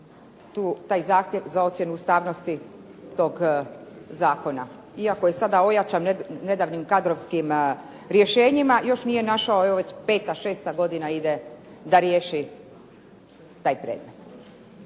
taj zahtjev za ocjenu ustavnosti tog zakona. Iako je sada ojačan nedavnim kadrovskim rješenjima, još nije našao, evo već peta, šesta godina ide, da riješi taj predmet.